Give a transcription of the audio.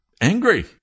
angry